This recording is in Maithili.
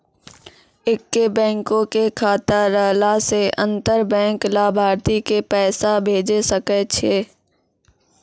एक्के बैंको के खाता रहला से अंतर बैंक लाभार्थी के पैसा भेजै सकै छै